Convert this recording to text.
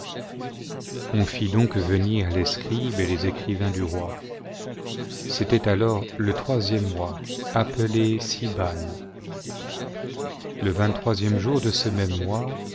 on fit donc venir les scribes et les écrivains du roi c'était alors le troisième mois appelé siban le vingttroisième jour de ce même mois